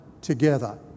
together